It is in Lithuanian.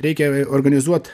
reikia organizuot